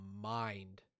mind